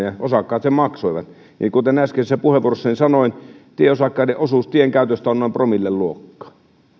ja osakkaat sen maksoivat kuten äskeisessä puheenvuorossani sanoin tieosakkaiden osuus tien käytöstä on noin promillen luokkaa siitä